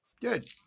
Good